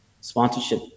sponsorship